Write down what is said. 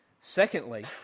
Secondly